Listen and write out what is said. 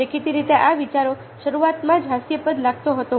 દેખીતી રીતે આ વિચાર શરૂઆતમાં જ હાસ્યાસ્પદ લાગતો હતો